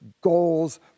goals